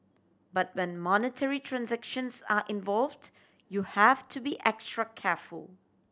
but when monetary transactions are involved you have to be extra careful